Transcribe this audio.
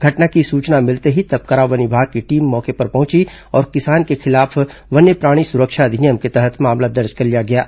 घटना की सूचना मिलते ही तपकरा वन विभाग की टीम मौके पर पहुंची और किसान के खिलाफ वन्यप्राणी सुरक्षा अधिनियम के तहत मामला दर्ज कर लिया है